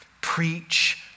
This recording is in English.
preach